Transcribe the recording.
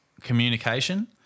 communication